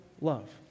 love